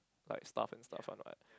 like stuff and stuff one right